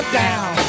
down